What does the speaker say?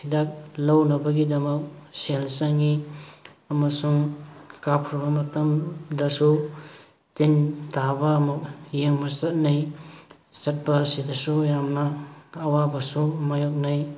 ꯍꯤꯗꯥꯛ ꯂꯧꯅꯕꯒꯤꯗꯃꯛ ꯁꯦꯜ ꯆꯪꯉꯤ ꯑꯃꯁꯨꯡ ꯀꯥꯞꯈ꯭ꯔꯕ ꯃꯇꯝꯗꯁꯨ ꯇꯤꯟ ꯇꯥꯕ ꯑꯃꯨꯛ ꯌꯦꯡꯕ ꯆꯠꯅꯩ ꯆꯠꯄ ꯑꯁꯤꯗꯁꯨ ꯌꯥꯝꯅ ꯑꯋꯥꯕꯁꯨ ꯃꯥꯌꯣꯛꯅꯩ